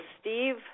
Steve